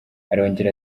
arongera